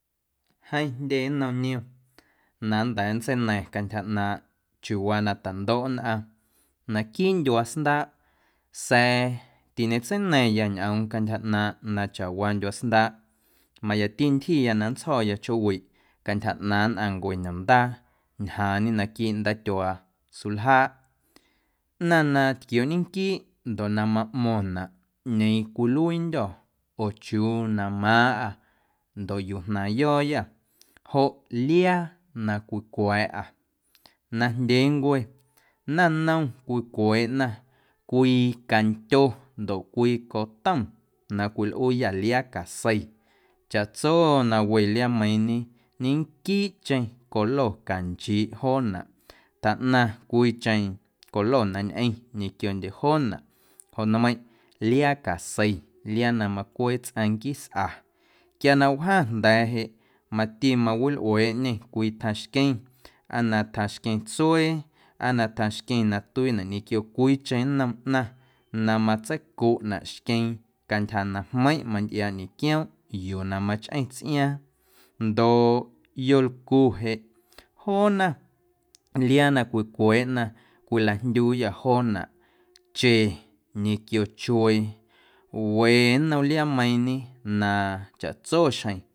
Jeeⁿ jndye nnom niom na nnda̱a̱ nntseina̱ⁿya cantyja ꞌnaaⁿꞌ chiuuwaa na tandoꞌ naquiiꞌ ndyuaa sndaaꞌ sa̱a̱ tiñecatseina̱ⁿya ñꞌoom cantyja ꞌnaaⁿꞌ chawaa ndyuaa sndaaꞌ mayati ntyjiya na nntsjo̱ya chjoowiꞌ cantyja ꞌnaaⁿ nnꞌaⁿncue ñomndaa ñjaañe naquiiꞌ ndaatyuaa suljaaꞌ ꞌnaⁿ na tquioñenquiiꞌ ndoꞌ na maꞌmo̱ⁿnaꞌ ꞌñeeⁿ cwiluiindyô̱ oo chiuu na maaⁿꞌâ ndoꞌ yuu jnaaⁿyo̱o̱yâ jo liaa na cwicwa̱a̱ꞌâ najndyeencwe nanom cwicweeꞌna cwii cantyo ndo cwii cotom na cwilꞌuuyâ liaa casei chaꞌtso na we liaameiiⁿñe ñenquiiꞌcheⁿ colo canchiiꞌ joonaꞌ tjaꞌnaⁿ cwiicheⁿ colo na ñꞌeⁿ ñequiondye joonaꞌ joꞌ nmeiⁿꞌ liaa casei liaa na macwee tsꞌaⁿ nquisꞌa quia na wjaⁿ jnda̱a̱ jeꞌ mati mawilꞌueeꞌñe cwii tjaⁿxqueⁿ aa na tjaⁿxqueⁿ tsuee aa na tjaⁿxqueⁿ na tuiinaꞌ ñequio cwiicheⁿ nnom ꞌnaⁿ na matseicunaꞌ xqueeⁿ cantyja na jmeiⁿꞌ mantꞌiaaꞌ ñequioomꞌ yuu na machꞌeⁿ tsꞌiaaⁿ ndoꞌ yolcu jeꞌ joona liaa na cwicweeꞌna cwilajndyuuyâ joonaꞌ che ñequio chuee we nnom liaameiiⁿñe na chaꞌtso xjeⁿ.